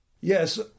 Yes